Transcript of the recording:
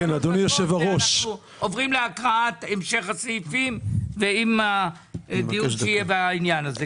ואנחנו עוברים להקראת המשך הסעיפים ועם הדיון שיהיה בעניין הזה.